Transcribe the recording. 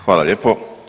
Hvala lijepo.